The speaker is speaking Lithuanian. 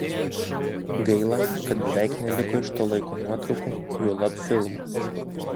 gaila kad beveik neliko iš to laiko nuotraukų juolab filmų